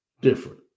different